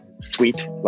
sweet